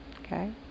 okay